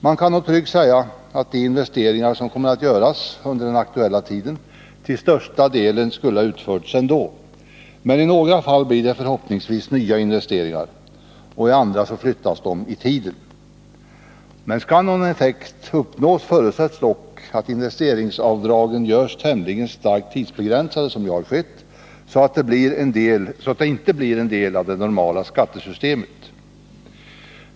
Man kan nog tryggt säga att de investeringar som kommer att göras under den aktuella tiden till största delen skulle ha utförts ändå, men i några fall blir det förhoppningsvis nya investeringar och i andra flyttas de i tiden. Skall någon effekt uppnås förutsätts dock att investeringsavdragen görs tämligen starkt tidsbegränsade, vilket nu har skett, så att de inte blir en del av det normala skattesystemet.